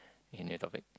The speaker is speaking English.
in that topic